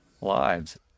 lives